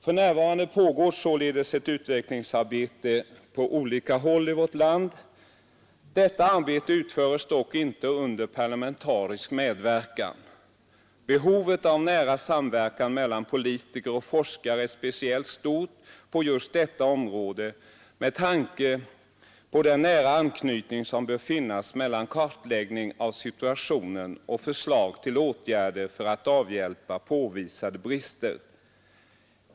För närvarande pågår således ett utvecklingsarbete på olika håll i vårt land. Detta arbete utföres dock inte under parlamentarisk medverkan. Behovet av nära samverkan mellan politiker och forskare är speciellt stort på just detta område med tanke på den nära anknytning som bör finnas mellan kartläggning av situationen och förslag till åtgärder för att avhjälpa påvisade brister.